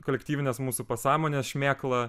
kolektyvinės mūsų pasąmonės šmėkla